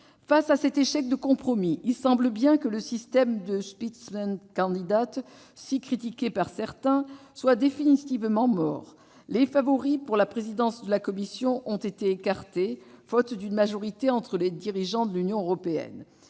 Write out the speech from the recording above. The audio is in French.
des tentatives de compromis, il semble bien que le système du, si critiqué par certains, soit définitivement mort. Les favoris pour la présidence de la Commission ont été écartés, faute d'une majorité parmi les dirigeants de l'Union européenne.